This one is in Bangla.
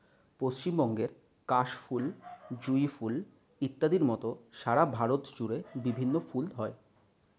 পশ্চিমবঙ্গের কাশ ফুল, জুঁই ফুল ইত্যাদির মত সারা ভারত জুড়ে বিভিন্ন ফুল হয়